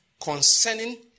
concerning